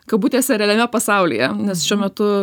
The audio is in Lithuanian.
kabutėse realiame pasaulyje nes šiuo metu